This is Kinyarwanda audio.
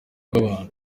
bw’abantu